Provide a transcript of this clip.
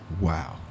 Wow